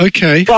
Okay